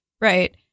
Right